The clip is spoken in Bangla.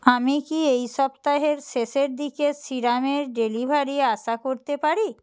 আমি কি এই সপ্তাহের শেষের দিকে সিরামের ডেলিভারি আশা করতে পারি